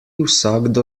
vsakdo